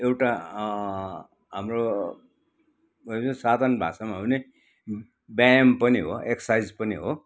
एउटा हाम्रो साधरण भाषामा हो भने व्यायाम पनि हो एक्सर्साइज पनि हो